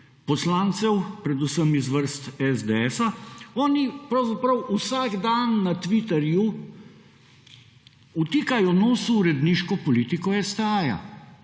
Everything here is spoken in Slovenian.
poslancev, predvsem iz vrst SDS-a, oni pravzaprav vsak dan na Twitterju vtikajo nos v uredniško politiko STA-ja.